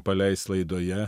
paleis laidoje